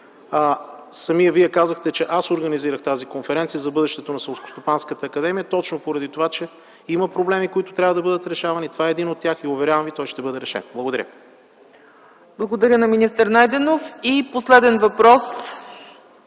Самият Вие казахте, че аз организирах тази конференция за бъдещето на Селскостопанската академия, точно поради това, че има проблеми, които трябва да бъдат решавани и този е един от тях. Уверявам Ви, че той ще бъде решен. Благодаря. ПРЕДСЕДАТЕЛ ЦЕЦКА ЦАЧЕВА: Благодаря на министър Найденов. Последен въпрос